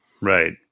Right